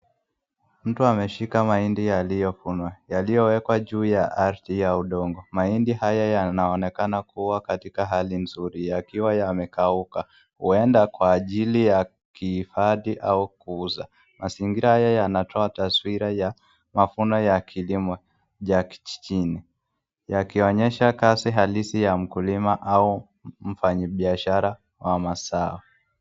Mtu ameshika mahindi yaliyofunwa, yaliyowekwa juu ya ardhi ya udongo, mahindi haya yanaonekana kuwa katika hali nzuri yakiwa yamekauka huenda kwa ajili ya kihifadhi au kuuza, mazingira haya yanatoa taswira ya mafuno ya kilimo cha kijijini yakionyesha kazi halisi ya mkulima au mfanyi biashara wa mazao.